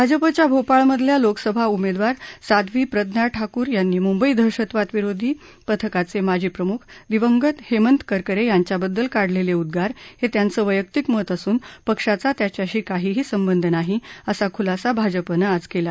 भाजपाच्या भोपाळमधल्या लोकसभा उमेदवार साध्वी प्रज्ञा ठाकूर यांनी मुंबई दहशतवाद विरोधी पथकाचे माजी प्रमुख दिवंगत हेमंत करकरे यांच्याबद्दल काढलेले उद्गार हे त्यांचं क्राक्तिक मत असून पक्षाचा त्याच्याशी काहीही संबंध नाही असा खुलासा भाजपानं आज केला